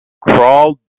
crawled